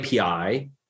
API